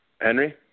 Henry